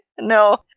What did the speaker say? no